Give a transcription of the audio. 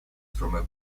from